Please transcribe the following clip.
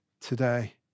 today